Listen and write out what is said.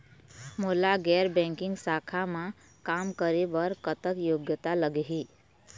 मोला गैर बैंकिंग शाखा मा काम करे बर कतक योग्यता लगही?